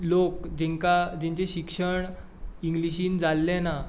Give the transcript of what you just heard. लोक जेंका जेंचे शिक्षण इंग्लिशींत जाल्लें ना